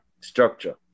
structure